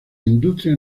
industria